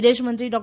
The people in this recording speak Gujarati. વિદેશમંત્રી ડો